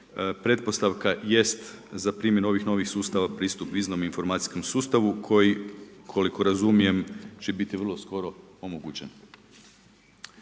pretpostavka jest za primjenu ovih novih sustava pristup izvornom informacijskom sustavu, koji, koliko razumijem će biti vrlo skoro omogućen.